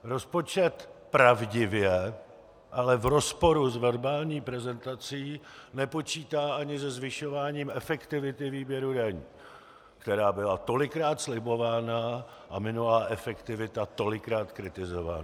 Rozpočet pravdivě, ale v rozporu s verbální prezentací nepočítá ani se zvyšováním efektivity výběru daní, která byla tolikrát slibována a minulá efektivita tolikrát kritizována.